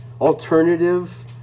alternative